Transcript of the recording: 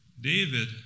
David